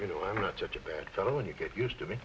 you know i'm not such a bad guy when you get used to me